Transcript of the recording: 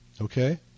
okay